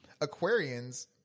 Aquarians